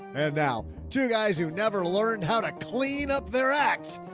and now two guys who never learned how to clean up their act.